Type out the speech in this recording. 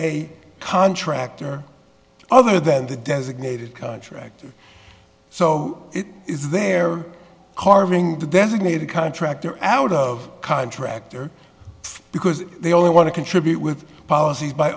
a contractor other than the designated contractor so it is their carving to designate a contractor out of contractor because they only want to contribute with polic